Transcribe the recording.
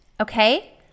okay